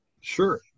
Sure